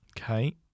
Okay